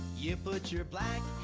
you put your black